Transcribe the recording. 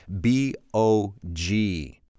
B-O-G